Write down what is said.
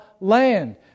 land